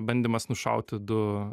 bandymas nušauti du